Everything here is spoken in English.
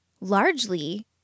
largely